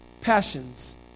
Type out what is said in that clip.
passions